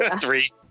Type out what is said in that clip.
Three